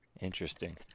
Interesting